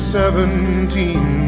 seventeen